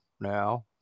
now